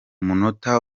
munota